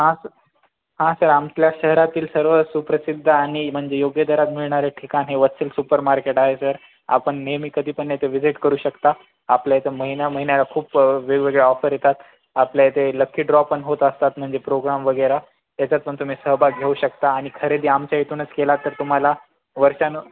हा सर हा सर आमच्या शहरातील सर्व सुप्रसिद्ध आणि म्हणजे योग्य दरात मिळणारे ठिकाण हे वत्सल सुपर मार्केट आहे सर आपण नेहमी कधीपण येते विजिट करू शकता आपल्या इथ महिन्या महिन्याला खूप वेगवेगळे ऑफर येतात आपल्या इथे लक्की ड्रॉ पण होत असतात म्हणजे प्रोग्राम वगैरे याच्यातपण तुम्ही सहभाग घेऊ शकता आणि खरेदी आमच्या इथूनच केला तर तुम्हाला वर्षानं